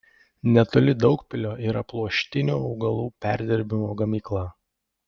netoli daugpilio yra pluoštinių augalų perdirbimo gamykla